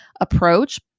approach